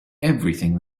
everything